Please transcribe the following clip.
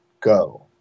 go